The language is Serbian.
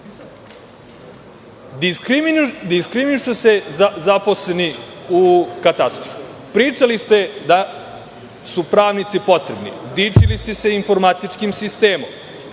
finansija. Diskriminišu se zaposleni u katastru. Pričali ste da su pravnici potrebni. Dičili ste se informatičkim sistemom.